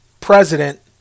president